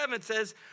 says